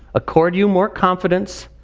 accord you more confidence,